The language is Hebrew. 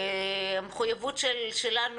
המחויבות שלנו,